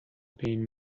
been